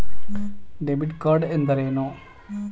Debit card ಎಂದರೇನು?